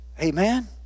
Amen